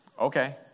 Okay